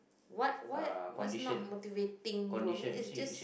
what what what's not motivating you ah I mean it's just